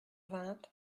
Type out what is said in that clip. vingt